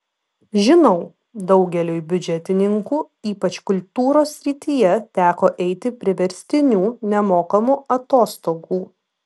žinau daugeliui biudžetininkų ypač kultūros srityje teko eiti priverstinių nemokamų atostogų